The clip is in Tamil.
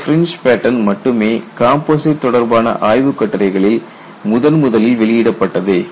இந்த பிரின்ஜ் பேட்டன் மட்டுமே கம்போசிட் தொடர்பான ஆய்வுக் கட்டுரைகளில் முதன் முதலில் வெளியிடப்பட்டது